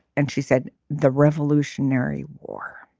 and she said the revolutionary war.